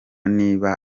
niba